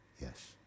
Yes